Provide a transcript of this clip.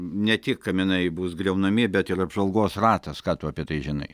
ne tik kaminai bus griaunami bet ir apžvalgos ratas ką tu apie tai žinai